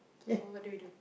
so what do we do